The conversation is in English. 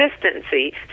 consistency